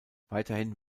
weiterhin